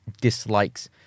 dislikes